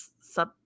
sub